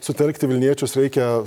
sutelkti vilniečius reikia